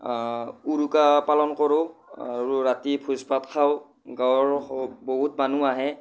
উৰুকা পালন কৰোঁ আৰু ৰাতি ভোজ ভাত খাওঁ গাঁৱৰ বহুত মানুহ আহে